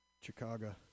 Chicago